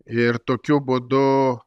ir tokiu būdu